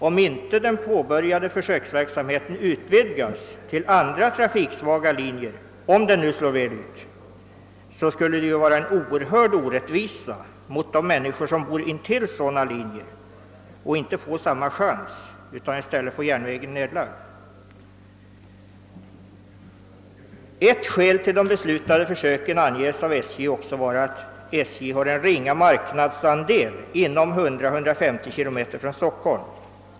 Om den påbörjade försöksverksamheten slår väl ut men ändå inte utvidgas till att omfatta även andra trafiksvaga linjer, skulle detta innebära en oerhört stor orättvisa mot de människor som är bosatta längs dessa linjer. Om de berövas denna chans blir järnvägen kanske i stället nedlagd. Ett av skälen till de beslutade försöken anges av SJ vara att SJ har en ringa marknadsandel på sträckor inom 100—150 km från Stockholm.